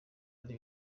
ari